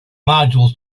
modules